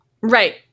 Right